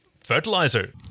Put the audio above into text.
fertilizer